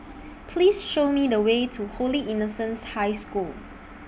Please Show Me The Way to Holy Innocents' High School